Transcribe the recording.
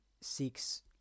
seeks